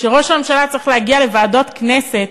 כשראש הממשלה צריך להגיע לוועדות הכנסת,